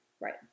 right